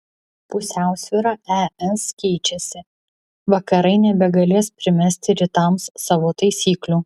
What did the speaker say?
pusiausvyra es keičiasi vakarai nebegalės primesti rytams savo taisyklių